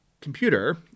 computer